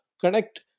connect